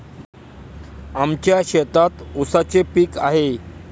आमच्या शेतात ऊसाचे पीक आहे